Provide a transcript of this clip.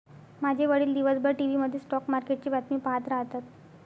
माझे वडील दिवसभर टीव्ही मध्ये स्टॉक मार्केटची बातमी पाहत राहतात